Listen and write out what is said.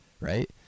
Right